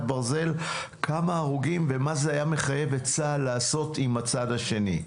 ברזל כמה הרוגים ומה זה היה מחייב את צה"ל לעשות עם הצד השני.